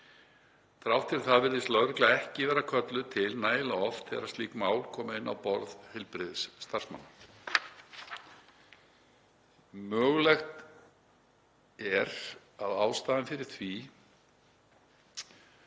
Þrátt fyrir það virðist lögregla ekki vera kölluð til nægilega oft þegar slík mál koma inn á borð heilbrigðisstarfsmanns. Mögulegt er að ástæðan fyrir því